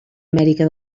amèrica